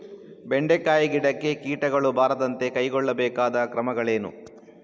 ಬೆಂಡೆಕಾಯಿ ಗಿಡಕ್ಕೆ ಕೀಟಗಳು ಬಾರದಂತೆ ಕೈಗೊಳ್ಳಬೇಕಾದ ಕ್ರಮಗಳೇನು?